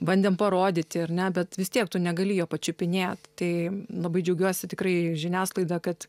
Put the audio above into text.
bandėme parodyti ir ne bet vis tiek tu negali jo pačiupinėti tai labai džiaugiuosi tikrai žiniasklaidą kad